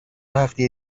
هفته